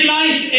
life